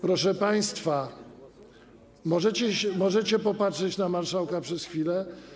Proszę państwa, możecie popatrzeć na marszałka przez chwilę?